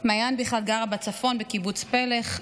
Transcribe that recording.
מעיין בכלל גרה בצפון, בקיבוץ פלך.